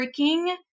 freaking